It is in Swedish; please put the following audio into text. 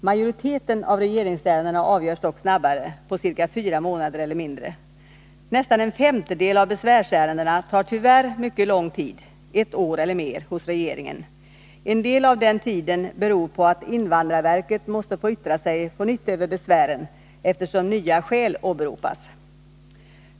Majoriteten av regeringsärendena avgörs dock snabbare, på ca fyra månader eller mindre. Nästan en femtedel av besvärsärendena tar tyvärr mycket lång tid, ett år eller mer, hos regeringen. En del av tiden beror på att invandrarverket måste få yttra sig på nytt över besvären, eftersom nya skäl åberopas.